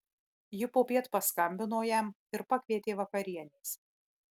ji popiet paskambino jam ir pakvietė vakarienės